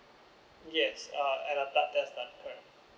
yes uh and a blood test done correct